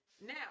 now